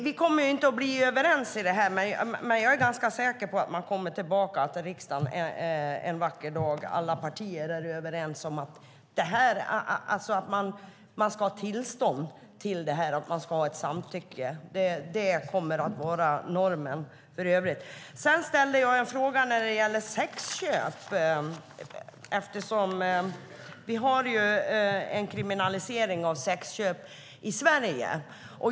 Vi kommer inte att bli överens, men jag är ganska säker på att alla partier i riksdagen en vacker dag är överens om att man ska ha tillstånd till det och ett samtycke. Det kommer att bli normen. Jag ställde en fråga när det gäller sexköp. Vi har kriminaliserat sexköp i Sverige.